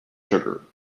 sugar